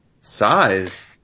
size